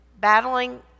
battling